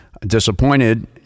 disappointed